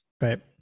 Right